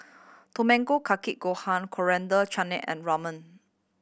Tamago Kake Gohan Coriander Chutney and Ramen